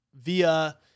Via